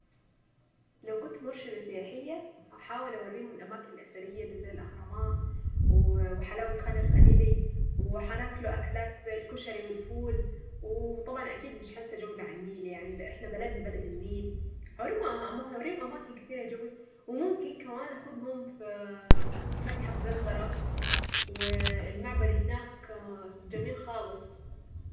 لو كنت مرشدة سياحية هحاول اوريهم الاماكن الاثرية اللي زي الاهرامات وحلاوة خان الخليلي وهناكلوا اكلات الكشري والفول وطبعا اكيد مش حاسة جولة عالنيل يعني ده احنا بلدنا بلد النيل. هوريكم اماكن كثيرة قوي وممكن كمان اخذهم في معبد دندرة والمعبد هناك جميل خالص.